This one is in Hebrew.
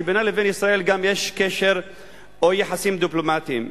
שבינה ובין ישראל גם יש קשר או יחסים דיפלומטיים.